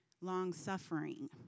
long-suffering